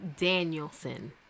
Danielson